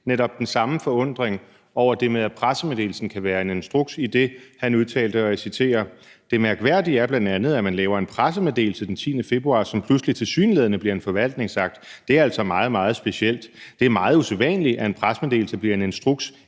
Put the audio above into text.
netop den samme forundring over det med, at pressemeddelelsen kan være en instruks, idet han udtalte, og jeg citerer: Det mærkværdige er bl.a., at man laver en pressemeddelelse den 10. februar, som pludselig tilsyneladende bliver en forvaltningsakt. Det er altså meget, meget specielt. Det er meget usædvanligt, at en pressemeddelelse bliver en instruks, en